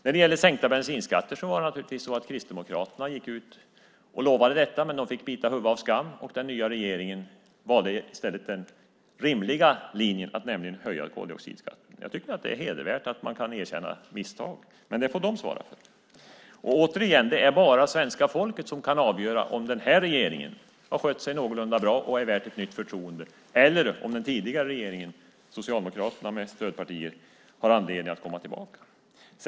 När det gäller sänkta bensinskatter var det naturligtvis så att Kristdemokraterna gick ut och lovade detta. Men de fick bita huvudet av skammen, och den nya regeringen valde i stället den rimliga linjen, nämligen att höja koldioxidskatten. Jag tycker att det är hedervärt att man kan erkänna misstag, men det får de svara för själva. Återigen: Det är bara svenska folket som kan avgöra om den här regeringen har skött sig någorlunda bra och är värd ett nytt förtroende eller om den tidigare regeringen, Socialdemokraterna med stödpartier, har anledning att komma tillbaka.